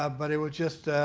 ah but it was just